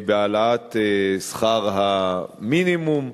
בהעלאת שכר המינימום.